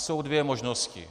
Jsou dvě možnosti.